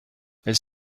elles